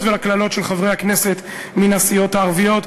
ולקללות של חברי הכנסת מן הסיעות הערביות.